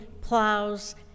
plows